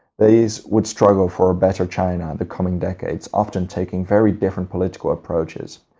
these would struggle for a better china the coming decades, often taking very different political approaches.